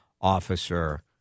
officer